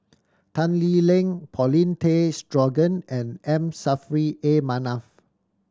Tan Lee Leng Paulin Tay Straughan and M Saffri A Manaf